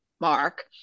mark